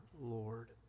Lord